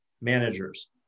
managers